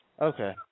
Okay